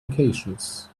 implications